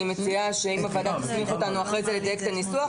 אני מציעה שוועדה תסמיך אותנו אחר כך לדייק את הניסוח.